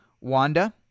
Wanda